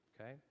okay